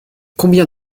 combien